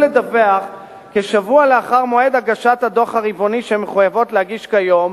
לדווח כשבוע לאחר מועד הגשת הדוח הרבעוני שמחויבות להגיש כיום,